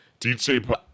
DJ